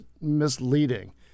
misleading